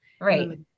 right